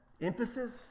emphasis